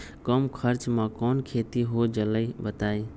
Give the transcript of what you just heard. कम खर्च म कौन खेती हो जलई बताई?